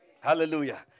Hallelujah